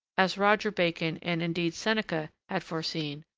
as roger bacon and, indeed, seneca had foreseen,